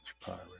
pirate